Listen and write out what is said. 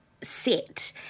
set